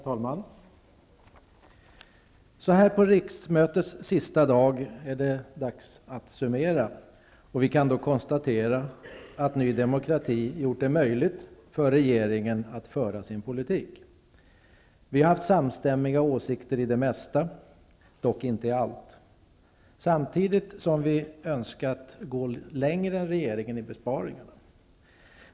Herr talman! Så här på riksmötets sista dag är det dags att summera. Vi kan då konstatera att Ny demokrati gjort det möjligt för regeringen att föra sin politik. Vi har haft samstämmiga åsikter i det mesta, dock inte i allt. Vi har önskat gå längre än regeringen när det gäller besparingarna.